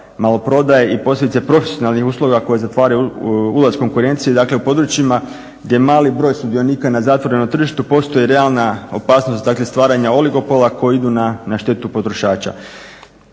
maloprodaje i posljedice profesionalnih usluga koje zatvaraju ulaz konkurencije. Dakle, u područjima gdje mali broj sudionika na zatvorenom tržištu postoji realna opasnost, dakle stvaranja oligopola koji idu na štetu potrošača.